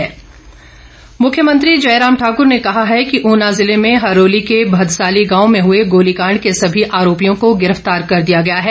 ध्यानाकर्षण प्रस्ताव मुख्यमंत्री जयराम ठाकर ने कहा है कि ऊना जिले में हरोली के भदसाली गांव में हुए गोलीकांड के सभी औरोपियों को गिरफ्तार कर दिया गया है